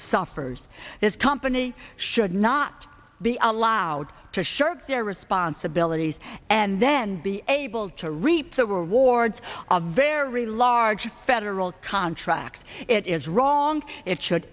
suffers this company should not be allowed to shirk their responsibilities and then be able to reap the rewards of a very large federal contract it is wrong it should